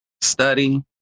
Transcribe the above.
study